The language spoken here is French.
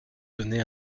donné